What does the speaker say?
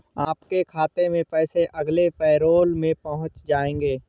आपके खाते में पैसे अगले पैरोल में पहुँच जाएंगे